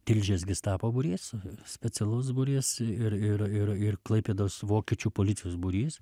tilžės gestapo būrys specialus būrys ir ir ir ir klaipėdos vokiečių policijos būrys